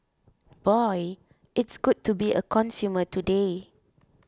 boy it's good to be a consumer today